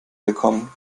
bekommen